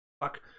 Fuck